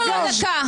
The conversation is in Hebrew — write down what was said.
לא רציתי שאתה תענה.